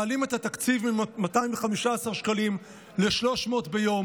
מעלים את התקציב מ-215 שקלים ל-300 ביום.